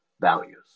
values